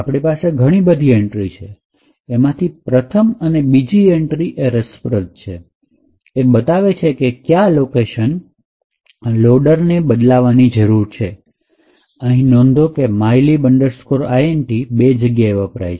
આપણી પાસે ઘણી બધી એન્ટ્રી છે એમાંથી પ્રથમ અને બીજી એ રસપ્રદ છે એ બતાવે છે કે કયા લોકેશન લોડરને બદલાવવાની જરૂર છે અહીં નોંધો કે mylib int બે જગ્યાએ વપરાય છે